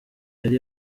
yari